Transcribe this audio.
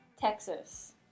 Texas